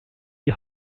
die